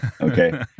Okay